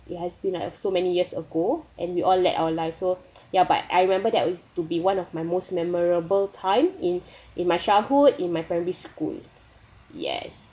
it has been like so many years ago and we all led our life so ya but I remember that is to be one of my most memorable time in in my childhood in my primary school yes